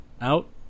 out